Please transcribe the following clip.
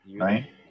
Right